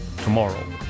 tomorrow